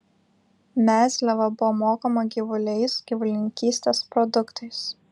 mezliava buvo mokama gyvuliais gyvulininkystės produktais